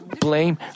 blame